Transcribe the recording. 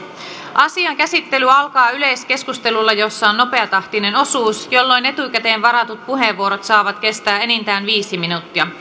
asian käsittely alkaa yleiskeskustelulla jossa on nopeatahtinen osuus jolloin etukäteen varatut puheenvuorot saavat kestää enintään viisi minuuttia